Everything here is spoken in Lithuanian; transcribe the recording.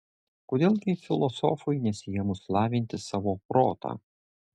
kodėl gi filosofui nesiėmus lavinti savo protą